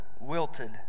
wilted